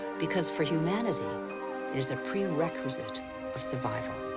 because for humanity it is a prerequisite of survival.